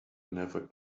never